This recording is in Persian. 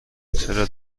چرا